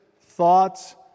thoughts